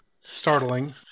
startling